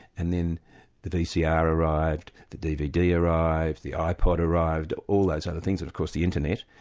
and then the vcr arrived, the dvd arrived, the ipod arrived, all those other things, of course the internet,